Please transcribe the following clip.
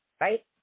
right